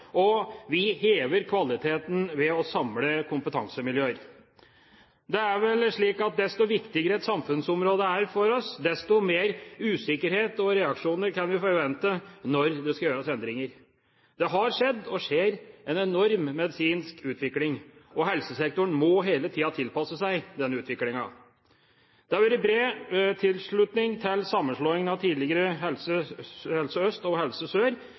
og vi hever kvaliteten ved å samle kompetansemiljøer. Det er vel slik at desto viktigere et samfunnsområde er for oss, desto mer usikkerhet og flere reaksjoner kan vi forvente når det skal gjøres endringer. Det har skjedd – og skjer – en enorm medisinsk utvikling, og helsesektoren må hele tiden tilpasse seg denne utviklingen. Det har vært bred tilslutning til sammenslåing av tidligere Helse Øst og Helse Sør